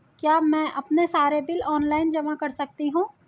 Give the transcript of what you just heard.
क्या मैं अपने सारे बिल ऑनलाइन जमा कर सकती हूँ?